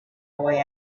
boy